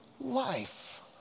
life